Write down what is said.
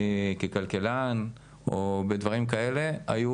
ככלכלן או בדברים כאלה,